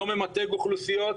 לא ממתג אוכלוסיות,